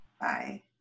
Bye